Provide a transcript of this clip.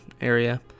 area